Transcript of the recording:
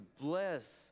bless